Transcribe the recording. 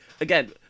again